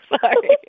sorry